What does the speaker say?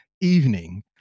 evening